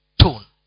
tone